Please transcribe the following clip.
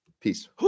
Peace